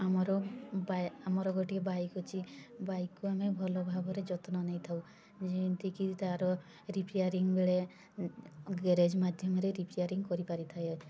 ଆମର ବା ଆମର ଗୋଟିଏ ବାଇକ୍ ଅଛି ବାଇକ୍କୁ ଆମେ ଭଲ ଭାବରେ ଯତ୍ନ ନେଇଥାଉ ଯେମିତିକି ତା'ର ରିପ୍ୟାରିଙ୍ଗ୍ ବେଳେ ଗ୍ୟାରେଜ୍ ମାଧ୍ୟମରେ ରିପ୍ୟାରିଙ୍ଗ୍ କରିପାରିଥାଏ